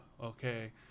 Okay